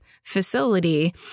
facility